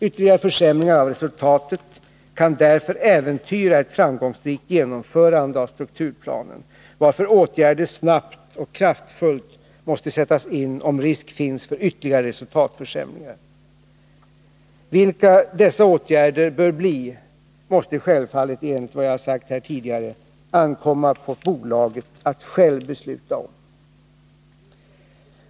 Ytterligare försämringar av resultatet kan därför äventyra ett framgångsrikt genomförande av strukturplanen, varför åtgärder snabbt och kraftfullt måste sättas in om risk finns för ytterligare resultatförsämringar. Vilka dessa åtgärder bör bli måste det självfallet, som jag tidigare sagt, ankomma på bolaget att självt besluta om.